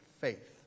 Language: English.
faith